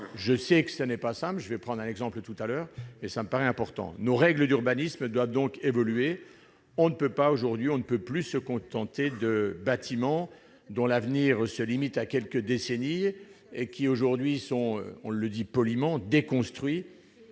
Je sais que ce n'est pas simple, et je prendrai un exemple tout à l'heure, mais cela me paraît important. Nos règles d'urbanisme doivent donc évoluer. On ne peut plus, aujourd'hui, se contenter de bâtiments dont l'avenir se limite à quelques décennies et qui sont ensuite, pour le dire poliment, « déconstruits